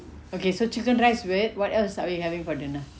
okay so chicken rice what else are we having for dinner